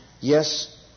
Yes